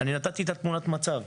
אני נתתי את תמונת המצב,